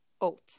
Oat